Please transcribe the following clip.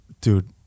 Dude